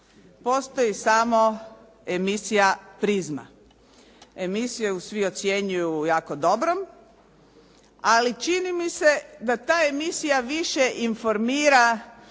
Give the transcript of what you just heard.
postoji samo emisija "Prizma". Emisiju svi ocjenjuju jako dobrom, ali čini mi se da ta emisija više informira